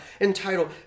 entitled